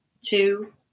two